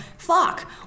Fuck